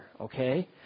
Okay